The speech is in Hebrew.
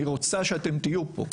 אני רוצה שאתם תהיו פה'.